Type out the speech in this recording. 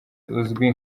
uzwi